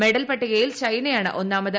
medal പട്ടികയിൽ ചൈനയാണ് ഒന്നാമത്